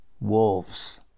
wolves